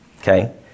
Okay